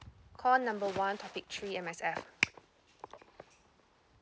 call number one topic three M_S_F